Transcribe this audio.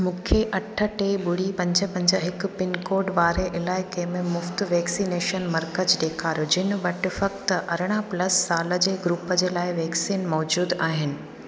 मूंखे अठ टे ॿुड़ी पंज पंज हिकु पिनकोड वारे इलाइके़ में मुफ़्त वैक्सनेशन मर्कज़ ॾेखारियो जिन वटि फकति अरिड़हं प्लस साल जे ग्रुप जे लाइ वैक्सीन मौज़ूदु आहिनि